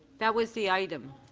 that was the item.